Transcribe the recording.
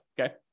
okay